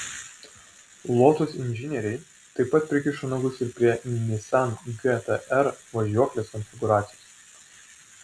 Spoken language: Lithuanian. lotus inžinieriai taip pat prikišo nagus ir prie nissan gt r važiuoklės konfigūracijos